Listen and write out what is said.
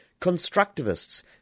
Constructivists